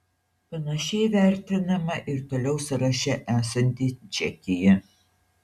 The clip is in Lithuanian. panašiai vertinama ir toliau sąraše esanti čekija